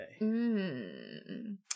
Mmm